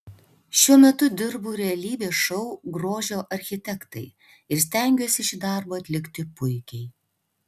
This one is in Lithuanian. šiuo metu dirbu realybės šou grožio architektai ir stengiuosi šį darbą atlikti puikiai